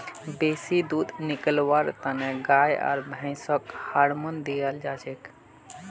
बेसी दूध निकलव्वार तने गाय आर भैंसक हार्मोन दियाल जाछेक